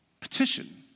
Petition